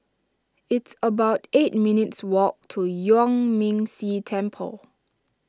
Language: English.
it's about eight minutes' walk to Yuan Ming Si Temple